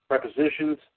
prepositions